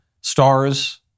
stars